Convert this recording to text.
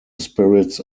spirits